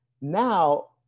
Now